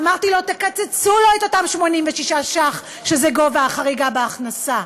אמרתי לו: תקצצו לו את אותם 86 ש"ח שהם גובה החריגה בהכנסה,